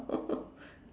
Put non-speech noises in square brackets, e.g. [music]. [laughs]